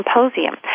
Symposium